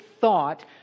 thought